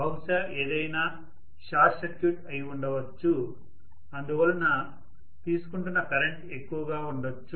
బహుశా ఏదైనా short circuit అయి ఉండవచ్చు అందువలన తీసుకుంటున్న కరెంట్ ఎక్కువగా ఉండొచ్చు